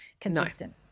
consistent